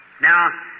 Now